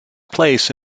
place